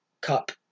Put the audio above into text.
cup